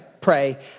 pray